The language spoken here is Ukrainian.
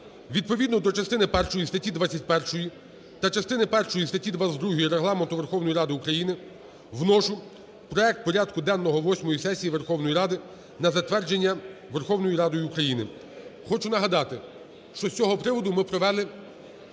Відповідно до частини першої статті 21 та частини першої статті 22 Регламенту Верховної Ради України вношу проект порядку денного восьмої сесії Верховної Ради на затвердження Верховною Радою України. Хочу нагадати, що з цього приводу ми провели